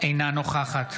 אינה נוכחת